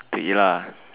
to eat lah